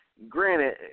Granted